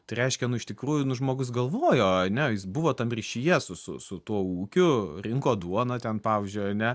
tai reiškia nu iš tikrųjų nu žmogus galvojo ane jis buvo tam ryšyje su su su tuo ūkiu rinko duoną ten pavyzdžiui ane